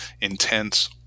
intense